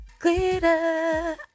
Glitter